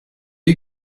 you